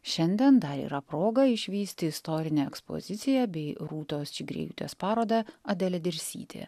šiandien dar yra proga išvysti istorinę ekspoziciją bei rūtos čigriejutės parodą adelė dirsytė